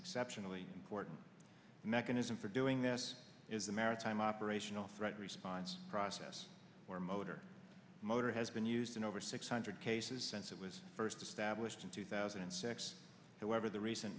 exceptionally important mechanism for doing this is a maritime operational threat response process where motor motor has been used in over six hundred cases since it was first established in two thousand and six however the recent